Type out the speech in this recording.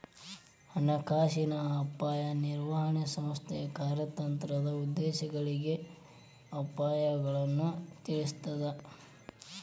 ಹಣಕಾಸಿನ ಅಪಾಯ ನಿರ್ವಹಣೆ ಸಂಸ್ಥೆಯ ಕಾರ್ಯತಂತ್ರದ ಉದ್ದೇಶಗಳಿಗೆ ಅಪಾಯಗಳನ್ನ ತಿಳಿಸ್ತದ